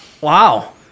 Wow